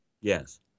Yes